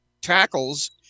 tackles